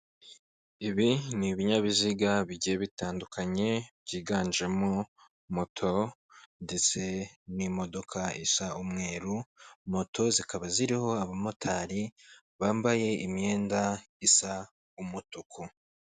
Ibi ni ibinyabiziga bigiye bitandukanye byiganjemo moto ndetse n'imodoka isa umweru, moto zikaba ziriho abamotari bambaye imyenda isa umutuku.